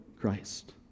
Christ